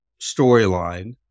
storyline